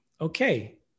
Okay